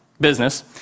business